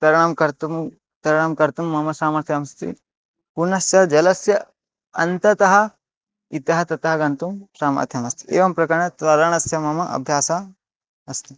तरणं कर्तुं तरणं कर्तुं मम सामर्थ्यमस्ति पुनश्य जलस्य अन्ततः इतः ततः गन्तुं सामर्थ्यमस्ति एवं प्रकरेण तरणस्य मम अभ्यासः अस्ति